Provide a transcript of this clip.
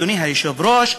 אדוני היושב-ראש,